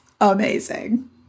amazing